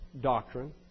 doctrine